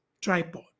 tripod